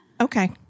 Okay